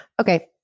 okay